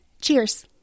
Cheers